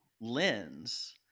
lens